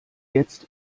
jetzt